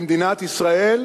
למדינת ישראל,